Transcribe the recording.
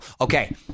Okay